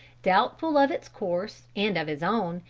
doubtful of its course and of his own,